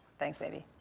thanks baby,